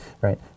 Right